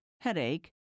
headache